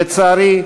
לצערי,